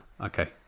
Okay